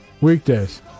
Weekdays